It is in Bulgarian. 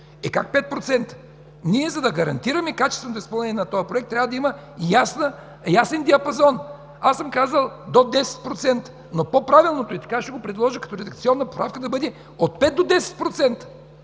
Е как 5%? За да гарантираме качественото изпълнение на този проект, трябва да има ясен диапазон. Аз съм казал „до 10%”, но по-правилното, и така ще го предложа като редакционна поправка, е да бъде „от 5 до 10%”!